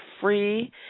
free